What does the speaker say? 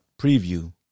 preview